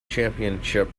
championship